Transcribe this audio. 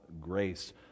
grace